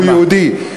הוא יהודי.